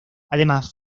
además